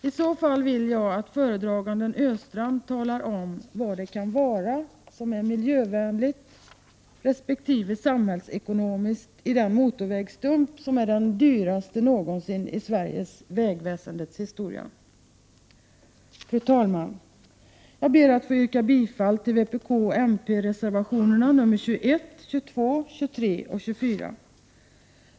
I så fall vill jag att föredraganden Östrand talar om vad det kan vara som är miljövänligt och samhällsekonomiskt beträffande den motorvägsstump som är den dyraste någonsin i det svenska vägväsendets historia. Fru talman! Jag ber att yrka bifall till vpk-mp-reservationerna 21, 22, 23 och 24.